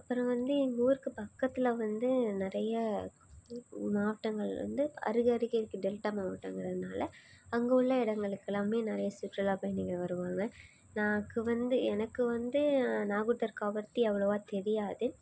அப்புறம் வந்து எங்கள் ஊருக்கு பக்கத்தில் வந்து நிறைய மாவட்டங்கள் வந்து அருகருகே இருக்குது டெல்ட்டா மாவட்டங்கிறனால அங்கே உள்ள இடங்களுக்குலாமே நிறைய சுற்றுலாப்பயணிகள் வருவாங்க நாக்கு வந்து எனக்கு வந்து நாகூர் தர்கா பற்றி அவ்வளோவா தெரியாது